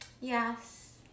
Yes